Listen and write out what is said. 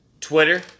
Twitter